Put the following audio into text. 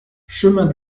chemin